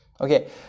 okay